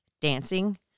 dancing